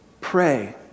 pray